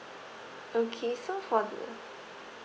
okay so for the